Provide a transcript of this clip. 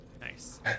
Nice